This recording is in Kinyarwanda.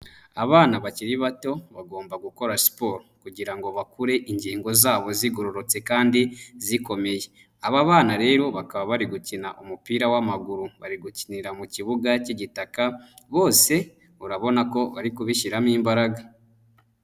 Abana bakiri bato, bagomba gukora siporo, kugira ngo bakure ingingo zabo zigororotse kandi, zikomeye. Aba bana rero bakaba bari gukina umupira w'amaguru, bari gukinira mu kibuga k'igitaka, bose urabona ko bari kubishyiramo imbaraga.